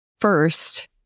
first